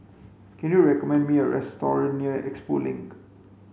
can you recommend me a near Expo Link